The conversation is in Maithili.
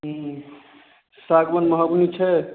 उ नहि छै सागवान महोगनी छै